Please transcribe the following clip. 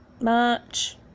March